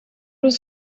was